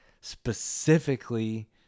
specifically